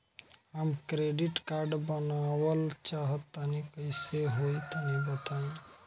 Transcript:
हम credit card बनवावल चाह तनि कइसे होई तनि बताई?